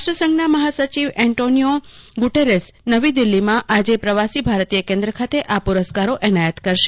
રાષ્ટ્રસંઘના મહા સચિવ એન્ટોનીઓ ગુટેરેસ આજે નવી દિલ્હીમાં પ્રવાસી ભારતીય કેન્દ્ર ખાતે આ પુરસ્કારો એનાયત કરાશે